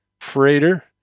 freighter